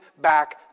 back